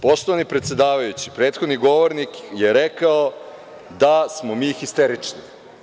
Poštovani predsedavajući, prethodni govornik je rekao da smo mi histerični.